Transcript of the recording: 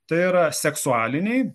tai yra seksualiniai